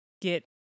get